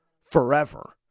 forever